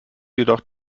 jedoch